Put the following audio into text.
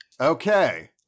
Okay